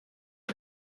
撤销